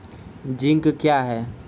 Zinc क्या हैं?